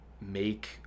make